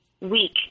week